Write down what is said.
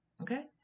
okay